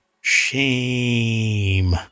shame